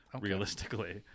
realistically